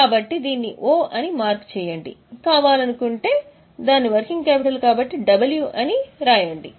కాబట్టి దీన్ని 'O' అని మార్క్ చెయ్యండి కావాలనుకుంటే దాన్ని వర్కింగ్ క్యాపిటల్ 'W' లేదా ఇంకేదైనా వ్రాయండి